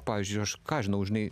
pavyzdžiui aš ką žinau žinai